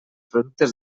productes